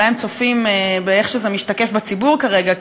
אולי הם צופים ורואים איך זה משתקף בציבור כרגע,